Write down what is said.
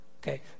okay